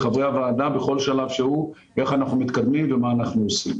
לחברי הוועדה בכל שלב שהוא איך אנחנו מתקדמים ומה אנחנו עושים.